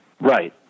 Right